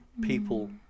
People